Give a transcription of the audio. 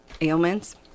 ailments